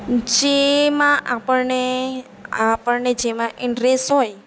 જેમાં આપણને આપણને જેમાં ઈન્ટરેસ્ટ હોય